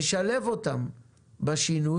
נשלב אותם בשינוי.